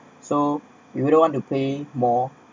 so we we don't want to pay more